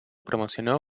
promocionó